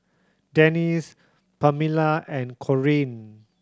Denis Permelia and Corean